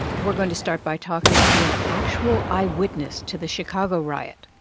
we're going to start by talking to an actual eyewitness to the chicago riot